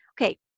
Okay